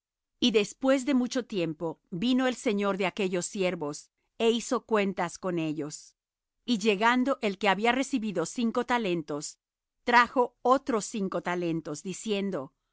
y después de mucho tiempo vino el señor de aquellos siervos é hizo cuentas con ellos y llegando el que había recibido cinco talentos trajo otros cinco talentos diciendo